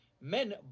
men